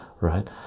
right